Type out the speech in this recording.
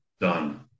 done